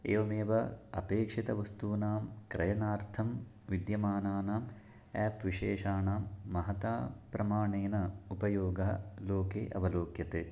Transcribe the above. एवमेव अपेक्षितवस्तूनां क्रयणार्थं विद्यामानानाम् आप् विशेषाणां महता प्रमाणेन उपयोगः लोके अवलोक्यते